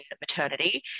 maternity